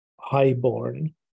high-born